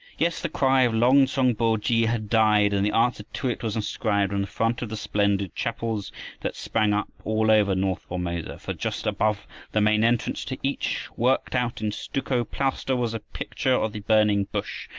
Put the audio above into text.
yes, the cry of long-tsong bo-khi had died, and the answer to it was inscribed on the front of the splendid chapels that sprang up all over north formosa. for, just above the main entrance to each, worked out in stucco plaster, was a picture of the burning bush,